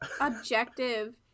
objective